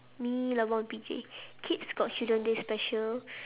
me lebron and kids got children's day special